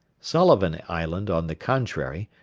sullivan island, on the contrary,